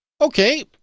Okay